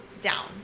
down